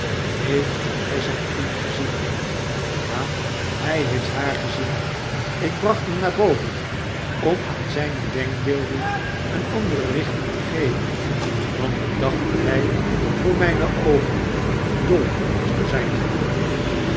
heeft hy zyn kind gezien ja hij heeft haar gezien ik bracht hem naar boven om aan zyne denkbeelden eene andere richting te geven want ik dacht dat hij voor mijne oogen dol zou zijn geworden